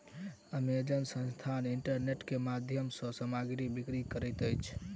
Amazon संस्थान internet के माध्यम सॅ सामग्री बिक्री करैत अछि